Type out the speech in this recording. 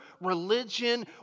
religion